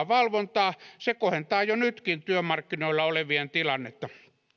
valvontaa se kohentaa jo nytkin työmarkkinoilla olevien tilannetta